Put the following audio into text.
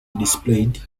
displayed